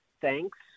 thanks